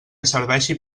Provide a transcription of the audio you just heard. serveixi